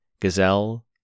gazelle